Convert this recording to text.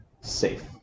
safe